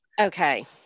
Okay